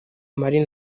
maria